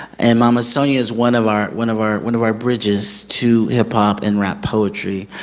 and mama sonia is one of our one of our one of our bridges to hip hop and rap poetry.